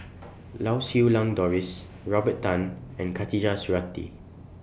Lau Siew Lang Doris Robert Tan and Khatijah Surattee